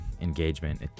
engagement